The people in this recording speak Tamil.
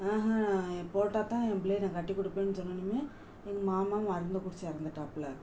ஆஹ நான் போட்டால் தான் என் பிள்ளைய நான் கட்டிக் கொடுப்பேனு சொன்னதுமே எங்கள் மாமா மருந்தை குடிச்சு இறந்துட்டாப்ல